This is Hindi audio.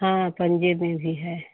हाँ पंजे में भी है